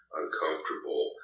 uncomfortable